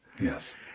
Yes